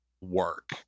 work